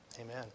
Amen